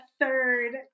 third